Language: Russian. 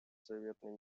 заветной